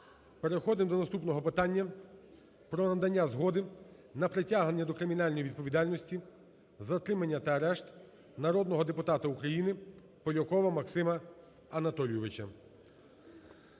Переходимо до наступного питання про надання згоди на притягнення до кримінальної відповідальності, затримання та арешт народного депутата України Полякова Максима Анатолійовича.